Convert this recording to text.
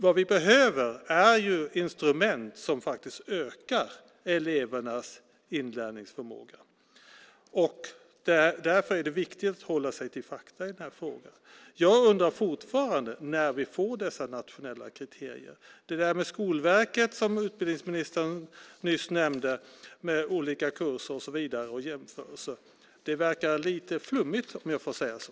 Vad vi behöver är instrument som faktiskt ökar elevernas inlärningsförmåga, och därför är det viktigt att hålla sig till fakta i denna fråga. Jag undrar fortfarande när vi får dessa nationella kriterier. Det där med Skolverket som utbildningsministern nyss nämnde med olika kurser och jämförelser och så vidare verkar lite flummigt, om jag får säga så.